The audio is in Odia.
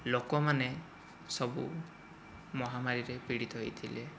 ଲୋକମାନେ ସବୁ ମହାମାରୀରେ ପିଡ଼ିତ ହୋଇଥିଲେ